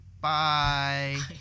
Bye